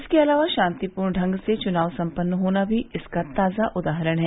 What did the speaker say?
इसके अलावा शांतिपूर्वक ढंग से चुनाव सम्पन्न होना भी इसका ताजा उदाहरण है